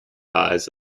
eyes